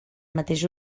mateix